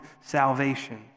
salvation